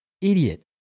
idiot